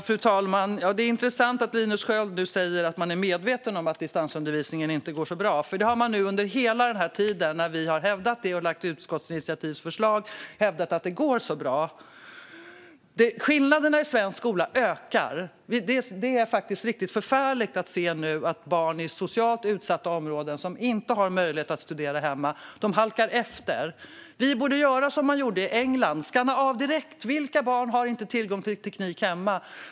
Fru talman! Det är intressant att Linus Sköld nu säger att man är medveten om att distansundervisningen inte går så bra. Under hela tiden när vi har hävdat det och lagt fram utskottsinitiativsförslag har man hävdat att den går bra. Skillnaderna i svensk skola ökar. Det är riktigt förfärligt att se att barn i socialt utsatta områden som inte har möjlighet att studera hemma nu halkar efter. Vi borde göra som man gjorde i England: skanna av direkt vilka barn som inte har tillgång till teknik hemma.